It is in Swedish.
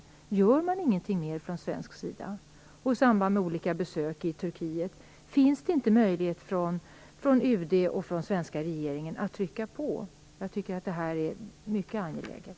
Finns det inte möjlighet för UD och den svenska regeringen att trycka på i samband med besök i Turkiet? Jag tycker att det här är mycket angeläget!